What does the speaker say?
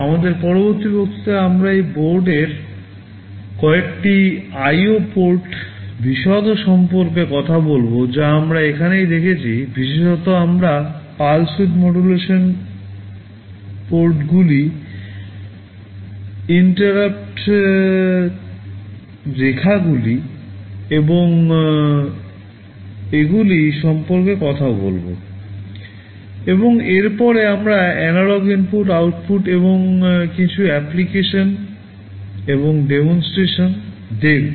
আমাদের পরবর্তী বক্তৃতায় আমরা এই বোর্ডের কয়েকটি IO পোর্ট বিশদ সম্পর্কে কথা বলব যা আমরা এখনই দেখেছি বিশেষত আমরা পালস উইধ মডুলেশানদেখব